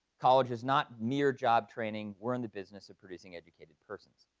college is not near job training. we're in the business of producing educated persons.